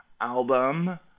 album